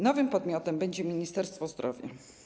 Nowym podmiotem będzie Ministerstwo Zdrowia.